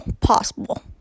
possible